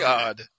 God